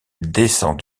descend